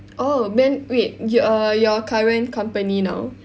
oh then wait you~ ah your current company now